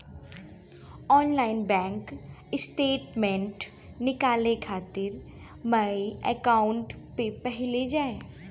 online bank statement निकाले खातिर my account पे पहिले जाए